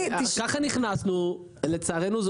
והינה, אתה רואה שבסוף הגענו עם זה